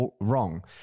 wrong